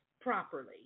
properly